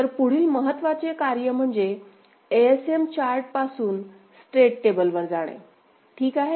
तरपुढील महत्त्वाचे कार्य म्हणजे एएसएम चार्ट पासून स्टेट टेबलवर जाणे ठीक आहे